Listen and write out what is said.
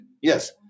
Yes